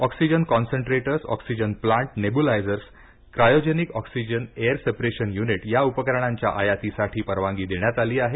oxygen concentrator oxygen plant nebulisers cryogenic oxygen air separation unit या उपकरणांच्या आयातीसाठी परवानगी देण्यात आली आहे